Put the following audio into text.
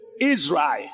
Israel